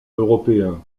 européens